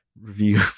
review